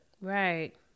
Right